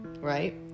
right